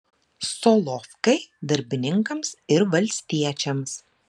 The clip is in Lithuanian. solovkai darbininkams ir valstiečiams